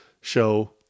show